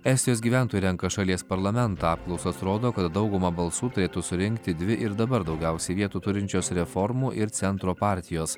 estijos gyventojų renka šalies parlamentą apklausos rodo kad daugumą balsų turėtų surinkti dvi ir dabar daugiausiai vietų turinčios reformų ir centro partijos